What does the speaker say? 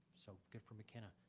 so good for mckinna.